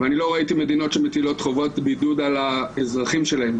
ואני לא ראיתי מדינות שמטילות חובת בידוד על האזרחים שלהן.